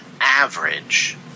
average